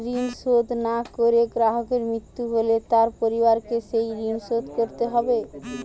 ঋণ শোধ না করে গ্রাহকের মৃত্যু হলে তার পরিবারকে সেই ঋণ শোধ করতে হবে?